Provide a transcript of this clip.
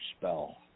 spell